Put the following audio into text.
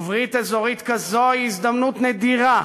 וברית אזורית כזו היא הזדמנות נדירה,